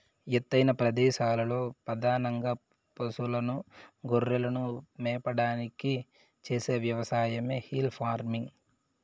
ఎత్తైన ప్రదేశాలలో పధానంగా పసులను, గొర్రెలను మేపడానికి చేసే వ్యవసాయమే హిల్ ఫార్మింగ్